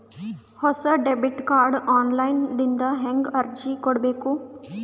ಹೊಸ debit card online ದಿಂದ ಹೇಂಗ ಅರ್ಜಿ ಕೊಡಬೇಕು?